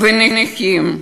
ונכים,